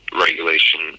regulation